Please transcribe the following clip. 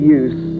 use